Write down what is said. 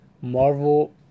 Marvel